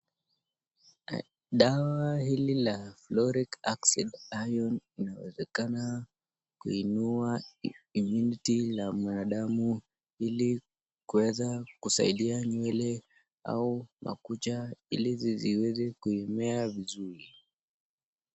Dawa hili la Floric Acid Ion inawezakana kuinuia immunity ya mwanadamu ili kuweza kusaidia nywele au makucha ili ziweze kumea vizuri.